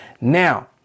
Now